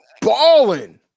balling